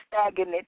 stagnant